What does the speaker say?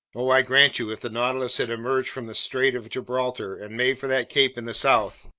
oh, i grant you, if the nautilus had emerged from the strait of gibraltar and made for that cape in the south,